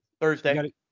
thursday